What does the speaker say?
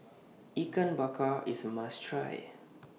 Ikan Bakar IS must Try